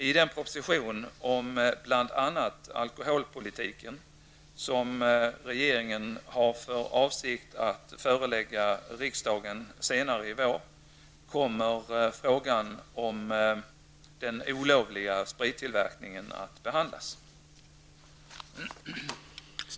I den proposition om bl.a. alkoholpolitiken som regeringen har för avsikt att förelägga riksdagen senare i vår kommer frågan om den olovliga sprittillverkningen att behandlas.